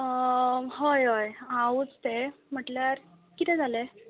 हय हय हांवूंच तें म्हटल्यार कितें जालें